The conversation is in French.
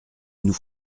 nous